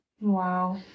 wow